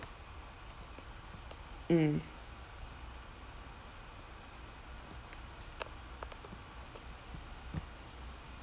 mm